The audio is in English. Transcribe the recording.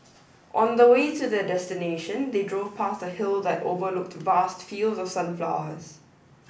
on the way to their destination they drove past a hill that overlooked vast fields of sunflowers